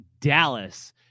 Dallas